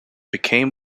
became